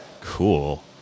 Cool